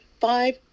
five